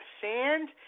sand